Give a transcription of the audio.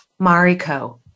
Mariko